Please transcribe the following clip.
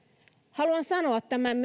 haluan sanoa tämän